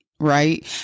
Right